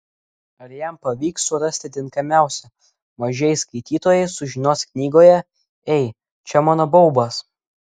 ar jam pavyks surasti tinkamiausią mažieji skaitytojai sužinos knygoje ei čia mano baubas